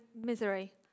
misery